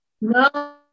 No